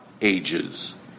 Ages